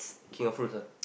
king of fruits ah